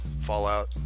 Fallout